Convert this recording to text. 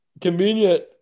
Convenient